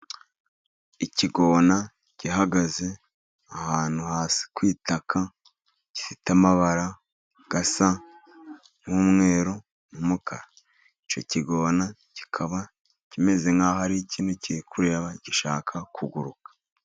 Ikigona gihagaze ahantu hasi ku itaka gifite amabara asa n'umweru n'umukara. Icyo kigona kikaba kimeze nk'aho ari ikintu kiri kureba gishaka kuguruka.